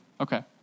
Okay